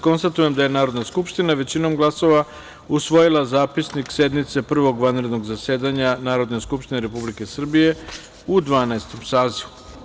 Konstatujem da je Narodna skupština većinom glasova usvojila Zapisnik sednice Prvog vanrednog zasedanja Narodne skupštine Republike Srbije u Dvanaestom sazivu.